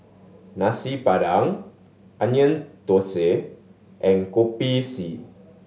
Nasi Padang Onion Thosai and Kopi C